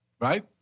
right